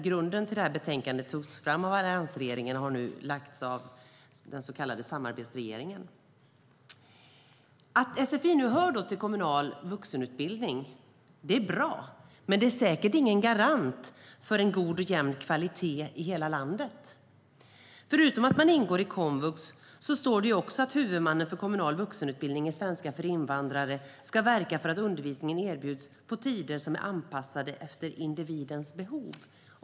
Grunden till propositionen togs fram av alliansregeringen, och den har nu lagts fram av den så kallade samarbetsregeringen. Att sfi nu kommer att höra till den kommunala vuxenutbildningen är bra, men det är säkert ingen garant för en god och jämn kvalitet i hela landet. Förutom att sfi ingår i komvux så står det också att huvudmannen för kommunal vuxenutbildning i svenska för invandrare ska verka för att undervisningen erbjuds på tider som är anpassade efter individens behov.